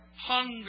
hunger